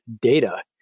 data